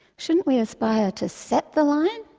shouldn't we aspire to set the line,